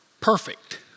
perfect